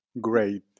great